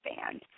band